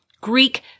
Greek